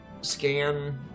scan